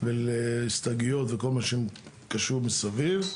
ולהסתייגויות וכל מה שקשור מסביב.